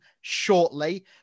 shortly